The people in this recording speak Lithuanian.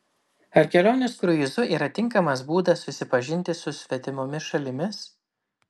ar kelionės kruizu yra tinkamas būdas susipažinti su svetimomis šalimis